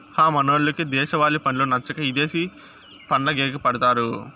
హ మనోళ్లకు దేశవాలి పండ్లు నచ్చక ఇదేశి పండ్లకెగపడతారు